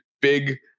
big